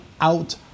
out